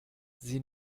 sie